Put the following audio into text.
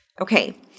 Okay